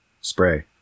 spray